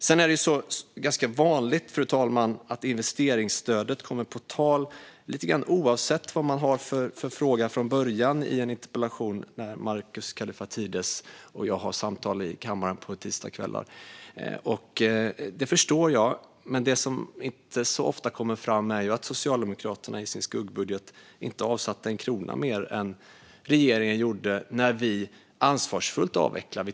Det är, fru talman, ganska vanligt när Markus Kallifatides och jag har samtal i kammaren på tisdagskvällar att investeringsstödet kommer på tal oavsett vad frågan var från början i en interpellation. Det förstår jag, men det som inte så ofta kommer fram är att Socialdemokraterna i sin skuggbudget inte avsatte en krona mer än regeringen gjorde när vi ansvarsfullt avvecklade det.